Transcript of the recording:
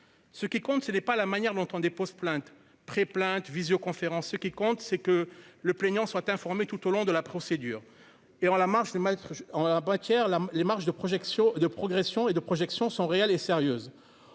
ce qui compte, ce n'est pas la manière dont on dépose plainte pré-plainte visioconférence, ce qui compte, c'est que le plaignant soit informé tout au long de la procédure et en la marche les Miles on a hier là les marges de projection de progression et de projections sont réelles et sérieuses